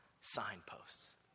signposts